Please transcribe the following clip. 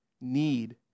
need